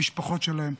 המשפחות שלהם,